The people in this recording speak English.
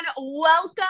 welcome